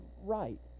right